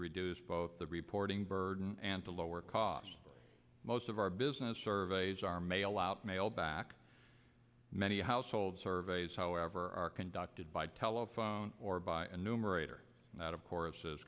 reduce both the reporting burden and the lower cost most of our business surveys are mail out mail back many household surveys however are conducted by telephone or by a numerator and that of course is